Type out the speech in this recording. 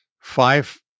five